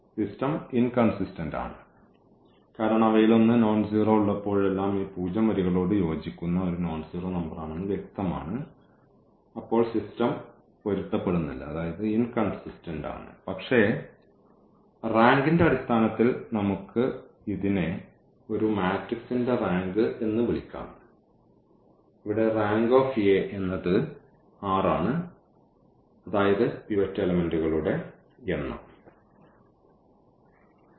system inconsistent ആണ് കാരണം അവയിലൊന്ന് നോൺസീറോ ഉള്ളപ്പോഴെല്ലാം ഈ പൂജ്യം വരികളോട് യോജിക്കുന്ന ഒരു നോൺസീറോ നമ്പറാണെന്ന് വ്യക്തമാണ് അപ്പോൾ സിസ്റ്റം പൊരുത്തപ്പെടുന്നില്ല പക്ഷേ റാങ്കിന്റെ അടിസ്ഥാനത്തിൽ നമുക്ക് ഇതിനെ ഒരു മാട്രിക്സിന്റെ റാങ്ക് എന്ന് വിളിക്കാം ഇവിടെ റാങ്ക് എന്നത് r ആണ് ആണ് അതായത് പിവറ്റ് എലെമെന്റുകളുടെ എണ്ണം